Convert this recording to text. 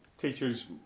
Teachers